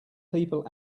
people